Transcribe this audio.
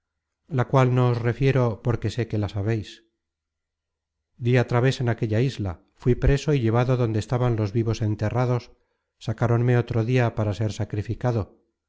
la cual no os refiero porque sé que la sabeis dí al traves en aquella isla fuí preso y llevado donde estaban los vivos enterrados sacáronme otro dia para ser sacrificado